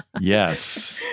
Yes